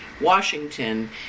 Washington